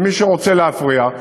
במי שרוצה להפריע,